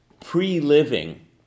pre-living